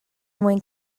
mwyn